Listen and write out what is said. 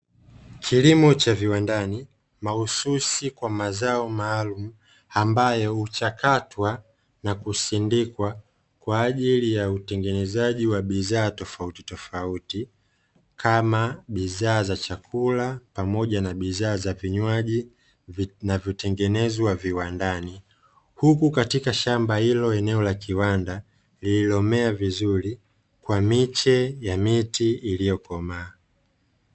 Kilimo cha viwandani mahususi kwa mazao maalumu, ambayo huchakatwa na kusindikwa kwa ajili ya utengenezaji wa bidhaa tofautitofauti, kama; bidhaa za chakula pamoja na bidhaa za vinywaji vinavyotengenezwa viwandani, huku katika shamba hilo eneo la kiwanda lililomea vizuri kwa miche ya miti iliyokomaa.